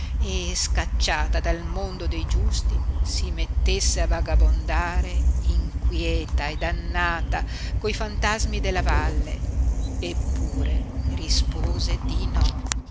e scacciata dal mondo dei giusti si mettesse a vagabondare inquieta e dannata coi fantasmi della valle eppure rispose di no